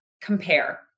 compare